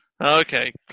Okay